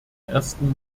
ersten